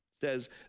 says